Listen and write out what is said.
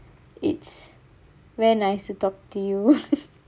it's very nice to talk to you